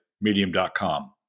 Medium.com